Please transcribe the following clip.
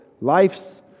life's